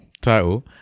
title